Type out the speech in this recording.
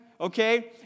Okay